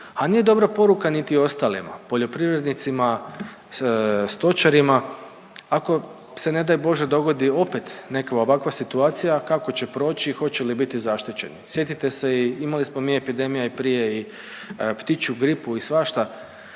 A nije dobra poruka niti ostalima poljoprivrednicima, stočarima. Ako se ne daj bože dogodi opet nekakva ovakva situacija kako će proći, hoće li biti zaštićeni? Sjetite se imali smo mi epidemija i prije i ptičju gripu i svašta